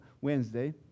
Wednesday